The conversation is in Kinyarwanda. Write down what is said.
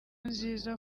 nziza